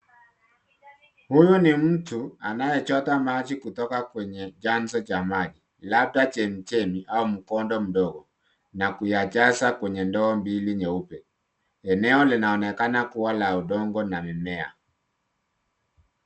Huyu ni mtu anayechota maji kutoka kwenye chanzo cha maji labda chemichemi au mkondo mdogo na kuyajaza kwenye ndoo mbili nyeupe. Eneo linaonekana kuwa la udongo na mimea.